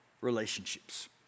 relationships